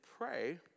pray